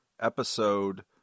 episode